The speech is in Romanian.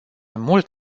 mult